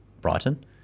Brighton